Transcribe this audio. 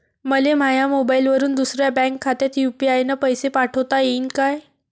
मले माह्या मोबाईलवरून दुसऱ्या बँक खात्यात यू.पी.आय न पैसे पाठोता येईन काय?